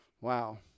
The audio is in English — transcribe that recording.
wow